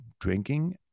drinking